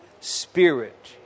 Spirit